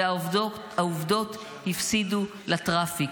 והעובדות הפסידו לטראפיק.